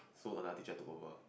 so another teacher took over